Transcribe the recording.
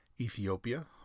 Ethiopia